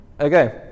Okay